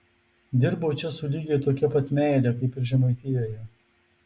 dirbau čia su lygiai tokia pat meile kaip ir žemaitijoje